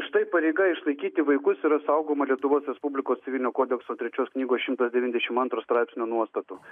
štai pareiga išlaikyti vaikus yra saugoma lietuvos respublikos civilinio kodekso trečios knygos šimtas devyniasdešimt antro straipsnio nuostatų